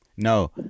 No